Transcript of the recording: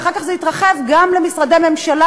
ואחר כך זה יתרחב גם למשרדי הממשלה,